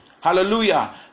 hallelujah